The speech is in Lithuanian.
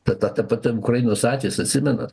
ta ta ta pati ukrainos atvejis atsimenat